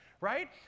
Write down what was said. right